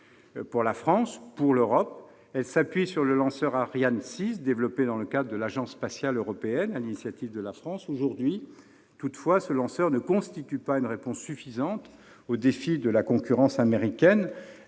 pour la France et pour l'Europe. Elle s'appuie sur le lanceur Ariane 6, développé dans le cadre de l'Agence spatiale européenne, sur l'initiative de la France. Aujourd'hui, toutefois, ce lanceur ne constitue pas une réponse suffisante aux défis de la concurrence américaine.